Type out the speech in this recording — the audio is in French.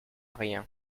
rien